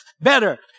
better